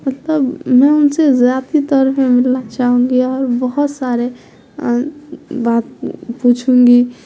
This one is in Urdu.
مطلب میں ان سے ذیااتی طور میں ملنا چاہوں گی اور بہت سارے بات پوچھوں گی